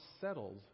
settled